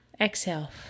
exhale